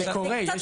זה קורה.